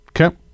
okay